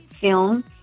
film